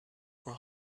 were